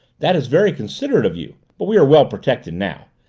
that is very considerate of you. but we are well protected now.